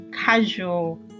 casual